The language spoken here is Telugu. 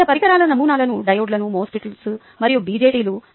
వివిధ పరికరాల నమూనాలు డయోడ్లు మోస్ఫెట్స్ మరియు బిజెటిలు